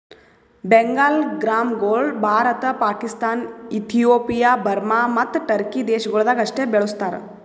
ಬೆಂಗಾಲ್ ಗ್ರಾಂಗೊಳ್ Bharat, Pakistan, Ethiopia, Burma ಮತ್ತ Turkey ದೇಶಗೊಳ್ದಾಗ್ ಅಷ್ಟೆ ಬೆಳುಸ್ತಾರ್